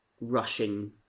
rushing